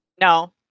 No